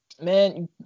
man